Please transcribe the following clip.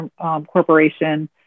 corporation